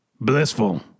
blissful